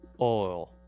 oil